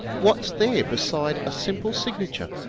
what's there beside a simple signature?